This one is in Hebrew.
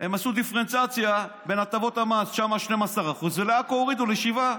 הם עשו דיפרנציאציה בין הטבות המס: שם 12% ולעכו הוריד ל-7%.